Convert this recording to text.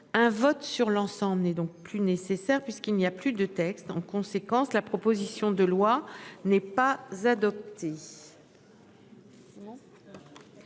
Un vote sur l'ensemble n'est donc plus nécessaire puisqu'il n'y a plus de texte en conséquence la proposition de loi n'est pas adopté.